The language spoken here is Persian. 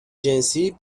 جنسی